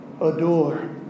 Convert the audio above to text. Adore